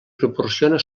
proporciona